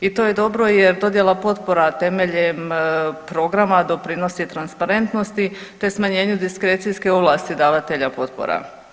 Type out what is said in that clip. I to je dobro jer dodjela potpora temeljem programa doprinosi transparentnosti te smanjenje diskrecijske ovlasti davatelja potpora.